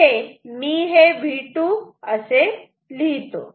इथे मी हे V2 असे लिहितो